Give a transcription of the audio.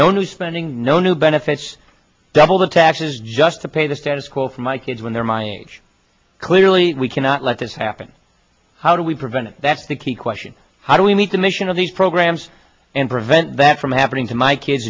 no new spending no new benefits double the taxes just to pay the status quo for my kids when they're my age clearly we cannot let this happen how do we prevent it that's the key question how do we meet the mission of these programs and prevent that from happening to my kids